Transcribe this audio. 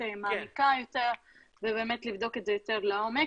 מעמיקה יותר ובאמת לבדוק את זה היטב ולעומק.